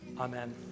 Amen